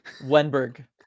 Wenberg